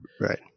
right